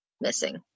missing